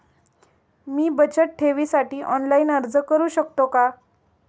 मी बचत ठेवीसाठी ऑनलाइन अर्ज करू शकतो का?